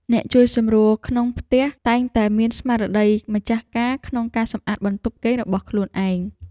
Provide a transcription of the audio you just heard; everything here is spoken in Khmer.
អ្នកជួយសម្រួលក្នុងផ្ទះតែងតែមានស្មារតីម្ចាស់ការក្នុងការសម្អាតបន្ទប់គេងរបស់ខ្លួនឯង។